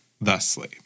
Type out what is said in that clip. thusly